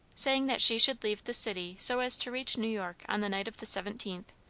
saying that she should leave the city so as to reach new york on the night of the seventeenth,